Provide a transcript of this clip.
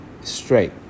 straight